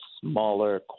smaller